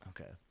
Okay